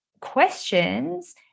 questions